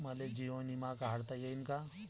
मले जीवन बिमा काढता येईन का?